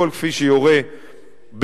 הכול כפי שיורה בית-המשפט.